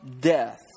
death